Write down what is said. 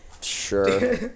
Sure